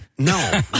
No